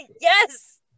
Yes